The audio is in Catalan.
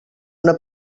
una